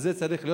וזה צריך להיות.